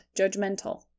judgmental